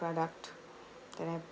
product that I